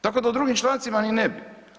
Tako da o drugim člancima niti ne bi.